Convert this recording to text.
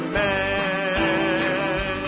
man